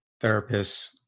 therapists